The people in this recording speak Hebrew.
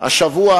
גם שופך כסף.